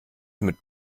mit